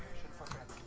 from that